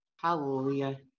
Hallelujah